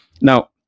Now